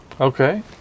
Okay